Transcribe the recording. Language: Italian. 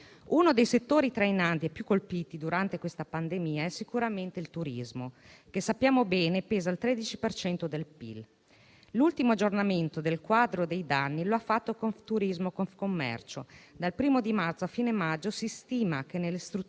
Uno dei settori trainanti e più colpiti durante questa pandemia è sicuramente quello del turismo, che, come sappiamo bene, pesa per il 13 per cento del PIL. L'ultimo aggiornamento del quadro dei danni lo ha fatto Confturismo-Confcommercio: dal primo marzo a fine maggio si stima che nelle strutture